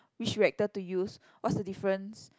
which reactor to use what's the difference